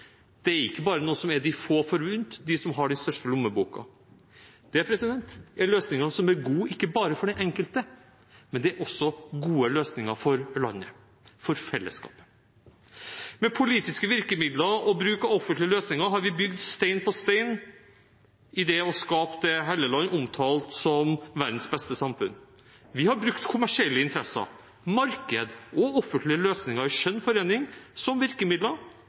det er ikke bare noe som er de få forunt, som har den største lommeboka. Det er løsninger som er gode ikke bare for den enkelte, det er også gode løsninger for landet, for fellesskapet. Med politiske virkemidler og bruk av offentlige løsninger har vi bygd stein på stein for å skape det representanten Helleland omtalte som verdens beste samfunn. Vi har brukt kommersielle interesser, marked og offentlige løsninger i skjønn forening som virkemidler,